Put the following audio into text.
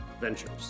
Ventures